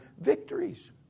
victories